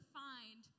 find